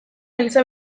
giza